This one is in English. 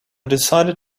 decided